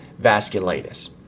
vasculitis